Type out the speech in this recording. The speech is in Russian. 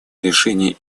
решения